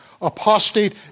apostate